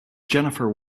jennifer